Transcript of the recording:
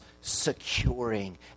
securing